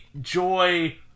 Joy